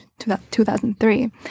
2003